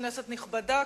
כנסת נכבדה,